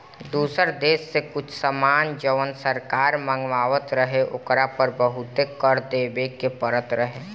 दुसर देश से कुछ सामान जवन सरकार मँगवात रहे ओकरा पर बहुते कर देबे के परत रहे